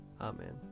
Amen